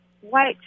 white